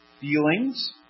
feelings